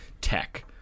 tech